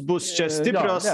bus čia stiprios